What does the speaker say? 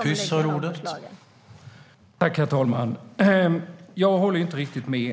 Herr talman! Jag håller inte riktigt med.